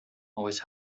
always